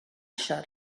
shut